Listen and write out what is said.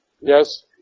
Yes